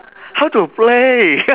how to play